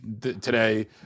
today